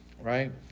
right